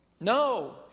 No